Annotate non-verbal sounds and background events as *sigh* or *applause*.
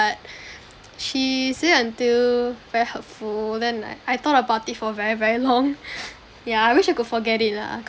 she say until very hurtful then like I thought about it for a very very long *laughs* yeah I wish I could forget it lah cause